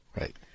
right